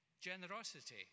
generosity